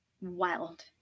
Wild